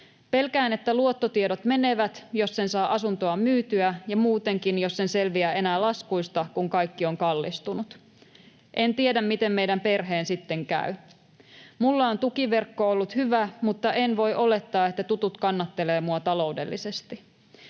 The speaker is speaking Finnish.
Pelkään, että luottotiedot menevät, jos en saa asuntoa myytyä ja muutenkin, jos en selviä enää laskuista, kun kaikki on kallistunut. En tiedä, miten meidän perheen sitten käy. Mulla on tukiverkko ollut hyvä, mutta en voi olettaa, että tutut kannattelee mua taloudellisesti.